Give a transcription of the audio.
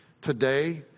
Today